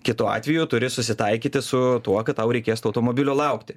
kitu atveju turi susitaikyti su tuo kad tau reikės to automobilio laukti